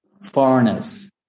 foreigners